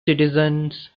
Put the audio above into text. citizens